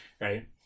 right